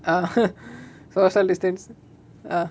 ah social distance ah